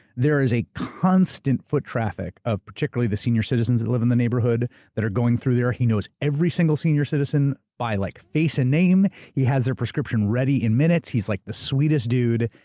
there is a constant foot traffic of, particularly, the senior citizens that live in the neighborhood that are going through there. he knows every single senior citizen by like face and name. he has their prescription ready in minutes. he's like the sweetest dude,